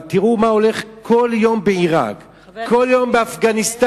אבל תראו מה הולך כל יום בעירק וכל יום באפגניסטן.